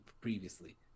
previously